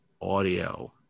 audio